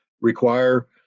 require